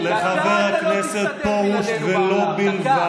דקה אתה לא מסתדר בלעדינו, דקה.